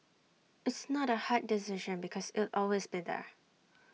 it's not A hard decision because it'll always be there